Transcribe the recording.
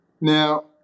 now